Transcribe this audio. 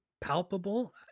palpable